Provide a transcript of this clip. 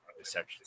essentially